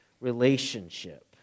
relationship